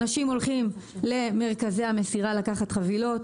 אנשים הולכים למרכזי המסירה לקחת את החבילות,